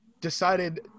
decided